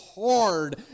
hard